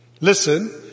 listen